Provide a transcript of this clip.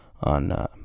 on